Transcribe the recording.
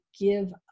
give